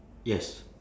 yes